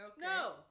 no